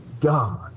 God